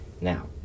Now